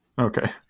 Okay